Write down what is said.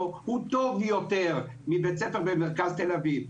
הוא טוב יותר מבית ספר במרכז תל אביב,